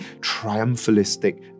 triumphalistic